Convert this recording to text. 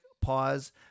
pause